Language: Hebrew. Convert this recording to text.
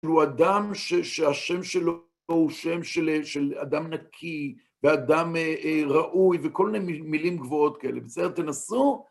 הוא אדם שהשם שלו הוא שם של אדם נקי ואדם ראוי וכל מיני מילים גבוהות כאלה, בסדר, תנסו.